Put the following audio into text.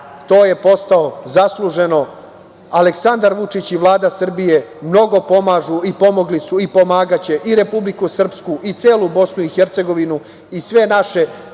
to je postao zasluženo Aleksandar Vučić i Vlada Srbije. Mnogo pomažu, pomogli su i pomagaće i Republiku Srpsku, celu Bosnu i Hercegovinu i sve naše zemlje